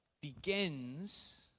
begins